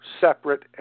separate